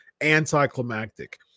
anticlimactic